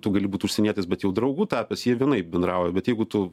tu gali būti užsienietis bet jau draugu tapęs jie vienaip bendrauja bet jeigu tu